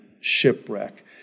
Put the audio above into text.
shipwreck